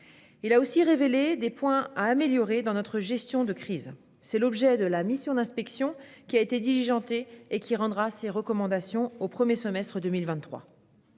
Il a aussi révélé des éléments à améliorer dans notre gestion de crise. Tel est l'objet de la mission d'inspection qui a été diligentée et qui rendra ses recommandations au premier semestre de 2023.